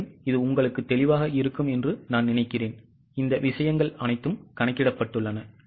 எனவே இது உங்களுக்கு தெளிவாக இருக்கும் என்று நான் நினைக்கிறேன் இந்த விஷயங்கள் அனைத்தும் கணக்கிடப்பட்டுள்ளன